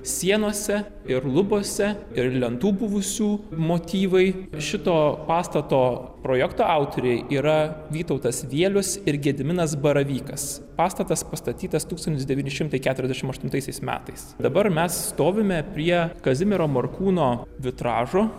sienose ir lubose ir lentų buvusių motyvai šito pastato projekto autoriai yra vytautas vielius ir gediminas baravykas pastatas pastatytas tūkstantis devyni šimtai keturiasdešimt aštuntaisiais metais dabar mes stovime prie kazimiero morkūno vitražo